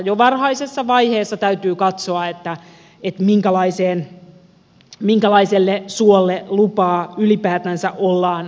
jo varhaisessa vaiheessa täytyy katsoa minkälaiselle suolle lupaa ylipäätänsä ollaan hakemassa